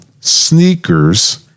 sneakers